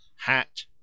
hat